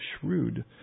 shrewd